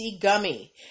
gummy